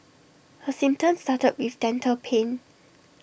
her symptoms started with dental pain